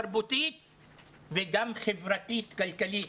תרבותית וגם חברתית-כלכלית,